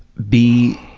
be,